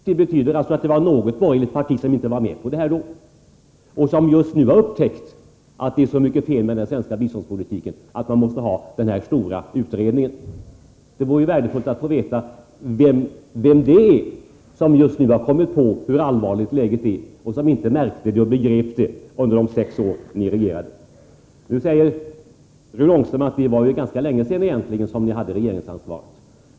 Det betyder alltså att det var något borgerligt parti som inte var med på detta och som just nu har upptäckt att det är så mycket fel i den svenska biståndspolitiken att man måste göra en stor utredning. Det vore värdefullt att få veta vem det är som just nu har kommit på hur allvarligt läget är men som inte märkte eller begrep detta under de sex år ni regerade. Rune Ångström säger att det egentligen var ganska länge sedan de borgerliga hade regeringsansvaret.